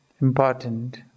important